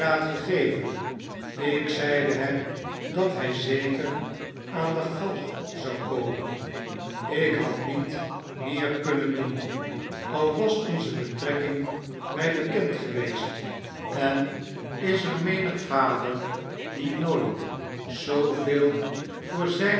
gegeven ik zeide hem dat hij zeker aan de galg zou komen ik had niet meer kunnen doen al was onze betrekking mij bekend geweest en er is menig vader die nooit zooveel voor zijne